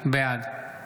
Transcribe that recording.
בעד